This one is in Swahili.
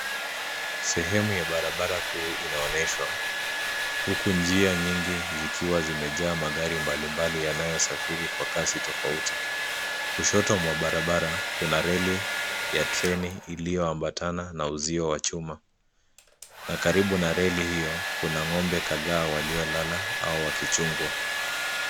Sehemu ya barabara kuu inaoneshwa huku njia nyingi zikiwa zimejaa magari mbalimbali yanayosafiri kwa kasi tofauti. Kushoto mwa barabara kuna reli ya treni iliyoambatana na uzio wa chuma na karibu na reli hiyo kuna ng'ombe kadhaa waliolala au wakichungwa.